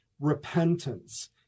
repentance